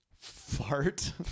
fart